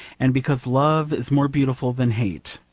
and because love is more beautiful than hate.